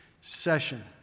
session